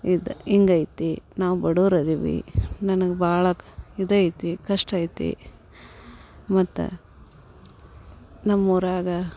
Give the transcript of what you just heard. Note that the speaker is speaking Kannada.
ಇದು ಹಿಂಗೈತಿ ನಾವು ಬಡವ್ರ್ ಇದೀವಿ ನನಗೆ ಭಾಳ ಕ್ ಇದು ಐತಿ ಕಷ್ಟ ಐತಿ ಮತ್ತು ನಮ್ಮ ಊರಾಗೆ